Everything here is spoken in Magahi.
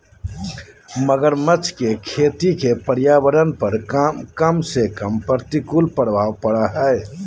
मगरमच्छ के खेती के पर्यावरण पर कम से कम प्रतिकूल प्रभाव पड़य हइ